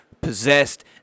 possessed